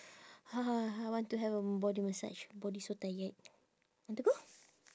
I want to have a body massage body so tired want to go